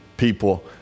people